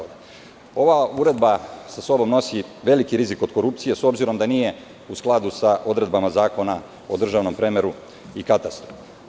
Ova uredba sa sobom nosi veliki rizik od korupcije, s obzirom da nije u skladu sa odredbama Zakona o državnom premeru i katastru.